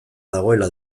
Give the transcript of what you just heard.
dagoela